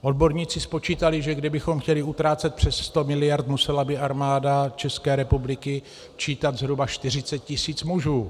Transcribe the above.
Odborníci spočítali, že kdybychom chtěli utrácet přes 100 miliard, musela by Armáda České republiky čítat zhruba 40 tisíc mužů.